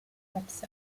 episodes